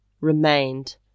remained